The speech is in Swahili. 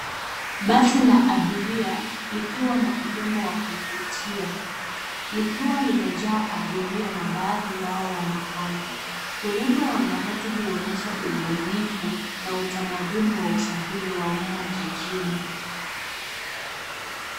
Basi la abiria likiwa na urembo wa kuvutia likiwa limejaa abiria na baadhi yao wanapanda. Urembo wa matatu huonesha ubunifu na utamaduni wa usafiri wa umma jijini.